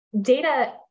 data